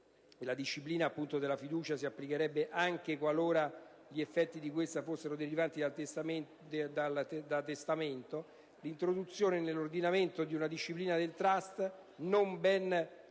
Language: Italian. la disciplina della fiducia si applicherebbe anche qualora gli effetti di questa fossero derivati da testamento, l'introduzione nell'ordinamento di una disciplina del *trust* non ben calibrata